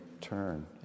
turn